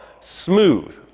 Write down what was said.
smooth